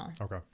okay